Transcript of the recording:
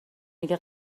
میگه